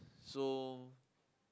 so